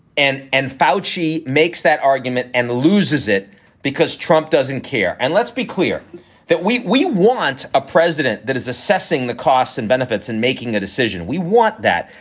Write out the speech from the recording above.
and and foushee makes that argument and loses it because trump doesn't care. and let's be clear that we we want a president that is assessing the costs and benefits and making a decision. we want that.